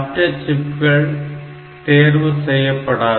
மற்ற சிப்கள் தேர்வு செய்யப்படாது